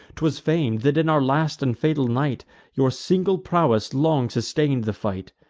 twas fam'd, that in our last and fatal night your single prowess long sustain'd the fight,